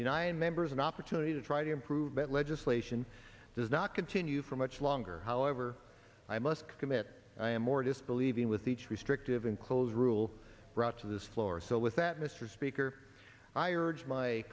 denying members an opportunity to try to improve that legislation does not continue for much longer however i must commit i am more disbelieving with each restrictive inclose rule brought to this floor so with that mr speaker i urge my